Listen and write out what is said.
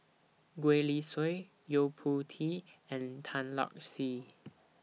Gwee Li Sui Yo Po Tee and Tan Lark Sye